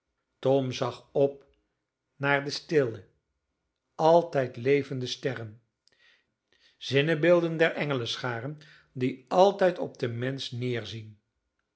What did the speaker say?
tom zag op naar de stille altijd levende sterren zinnebeelden dier engelenscharen die altijd op den mensch